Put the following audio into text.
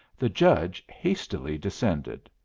the judge hastily descended.